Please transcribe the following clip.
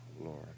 Lord